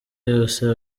yose